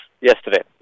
Yesterday